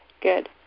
Good